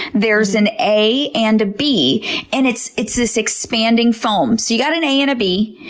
there's an a and a b and it's it's this expanding foam. so you got an a and a b,